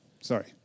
Sorry